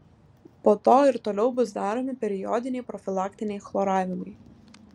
po to ir toliau bus daromi periodiniai profilaktiniai chloravimai